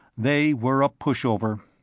they were a pushover.